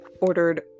ordered